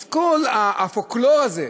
אז כל הפולקלור הזה,